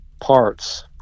parts